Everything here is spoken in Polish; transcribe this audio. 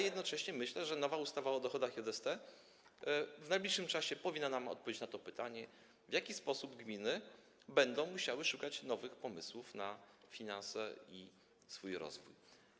Jednocześnie myślę, że nowa ustawa o dochodach JST w najbliższym czasie powinna nam dać odpowiedź na pytanie, w jaki sposób gminy będą musiały szukać nowych pomysłów na finanse i swój rozwój.